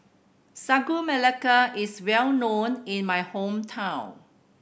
Sagu Melaka is well known in my hometown